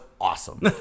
awesome